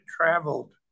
traveled